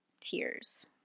tears